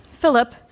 Philip